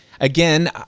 again